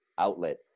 outlet